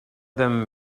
them